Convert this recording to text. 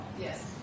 Yes